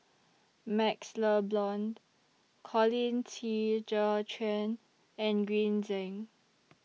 MaxLe Blond Colin Qi Zhe Quan and Green Zeng